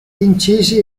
incisi